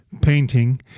painting